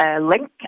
link